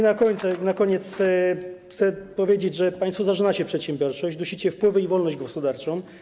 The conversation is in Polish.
Na koniec chcę powiedzieć, że państwo zarzynacie przedsiębiorczość, dusicie wpływy i wolność gospodarczą.